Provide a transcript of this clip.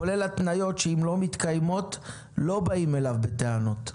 כולל התניות שאם לא מתקיימות לא באים אליו בטענות.